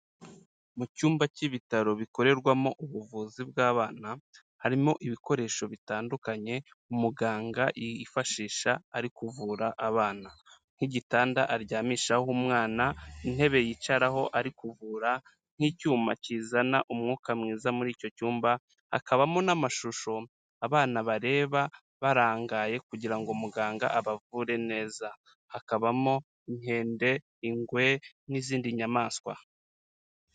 Mu cyumba cy'ibitaro bikorerwamo ubuvuzi bw'abana, harimo ibikoresho bitandukanye umuganga yifashisha ari kuvura abana nk'igitanda aryamishaho umwana, intebe yicaraho ari kuvura nk'icyuma kizana umwuka mwiza muri icyo cyumba, hakabamo n'amashusho abana bareba barangaye kugira ngo muganga abavure neza, hakabamo Inkende, Ingwe, n'izindi Nyamaswa.